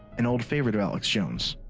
an old favorite of alex jones,